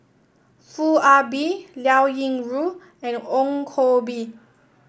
Foo Ah Bee Liao Yingru and Ong Koh Bee